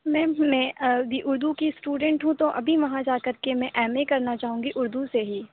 میم میں اردو کی اسٹوڈینٹ ہوں تو ابھی وہاں جا کر کے میں ایم اے کرنا چاہوں گی اردو سے ہی